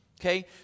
okay